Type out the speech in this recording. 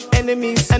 enemies